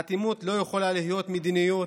אטימות לא יכולה להיות מדיניות